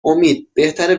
امید، بهتره